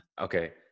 Okay